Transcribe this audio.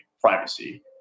privacy